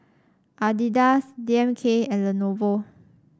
Adidas D M K and Lenovo